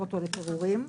שניים.